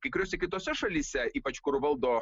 kai kuriose kitose šalyse ypač kur valdo